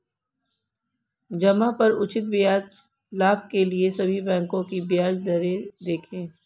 जमा पर उचित ब्याज लाभ के लिए सभी बैंकों की ब्याज दरें देखें